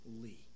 Lee